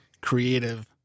creative